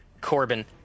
Corbin